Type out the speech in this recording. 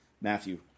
Matthew